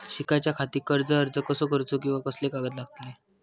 शिकाच्याखाती कर्ज अर्ज कसो करुचो कीवा कसले कागद लागतले?